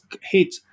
Hit